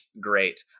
great